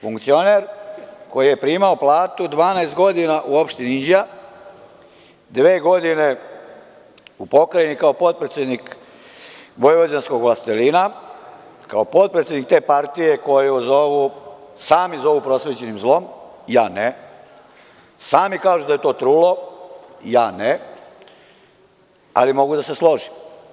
Funkcioner koji je primao platu 12 godina u opštini Inđija, dve godine u Pokrajini kao potpredsednik vojvođanskog vlastelina, kao potpredsednik te partije koju sami zovu prosvećnim zlom, ja ne, sami kažu da je to trulo, ja ne, ali mogu da se složim.